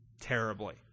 terribly